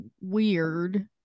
weird